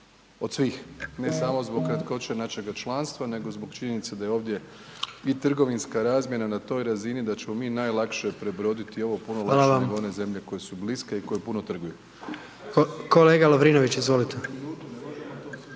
od svih, ne samo zbog kratkoće našega članstva nego zbog činjenice da je ovdje i trgovinska razmjena na toj razini da ćemo mi najlakše prebroditi ovo puno lakše nego one zemlje koje su bliske i koje puno trguju. **Jandroković, Gordan